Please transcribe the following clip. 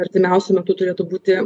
artimiausiu metu turėtų būti